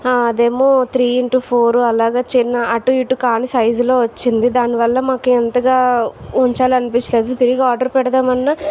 అదేమో three into four అలాగా చిన్న అటు ఇటు కాని సైజులో వచ్చింది దానివల్ల మాకు ఎంతగా ఉంచాలి అనిపించలేదు తిరిగి ఆర్డర్ పెడదామన్న